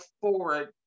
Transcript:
forward